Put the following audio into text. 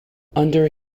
under